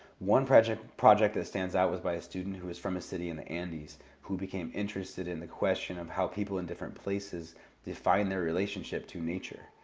one project project that stands out was by a student who is from a city in the andes who became interested in the question of how people in different places define their relationship to nature.